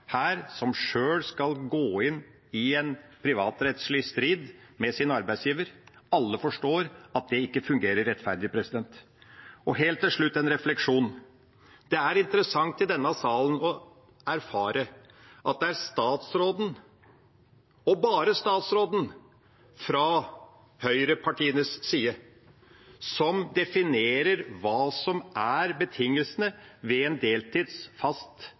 her er den svakeste part som sjøl skal gå inn i en privatrettslig strid med sin arbeidsgiver. Alle forstår at det ikke fungerer rettferdig. Og helt til slutt en refleksjon: Det er interessant i denne salen å erfare at det er statsråden – og bare statsråden – fra høyrepartienes side som definerer hva som er betingelsene ved en fast